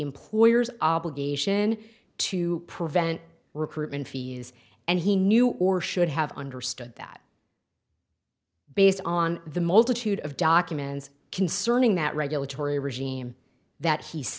employer's obligation to prevent recruitment fees and he knew or should have understood that based on the multitude of documents concerning that regulatory regime that he